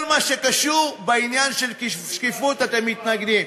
כל מה שקשור לשקיפות, אתם מתנגדים.